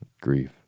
grief